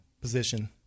position